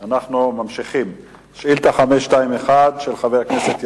אם כך, יש הסכמת ממשלה,